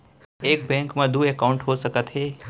एक बैंक में दू एकाउंट हो सकत हे?